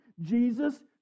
Jesus